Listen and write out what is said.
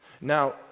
Now